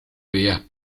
veas